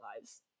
lives